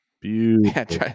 Beautiful